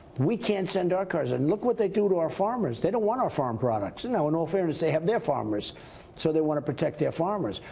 we can't send our cars in. look what they do to our farmers. they don't want our farm products. you know and they have their farmers so they want to protect their farmers.